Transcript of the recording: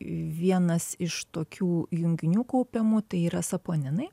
vienas iš tokių junginių kaupiamų tai yra saponinai